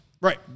Right